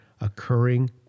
occurring